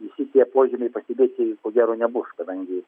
visi tie požiūriai pastebėti ko gero nebus kadangi